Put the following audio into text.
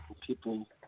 people